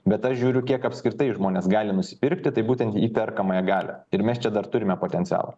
bet aš žiūriu kiek apskritai žmonės gali nusipirkti tai būtent į perkamąją galią ir mes čia dar turime potencialo